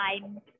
time